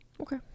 Okay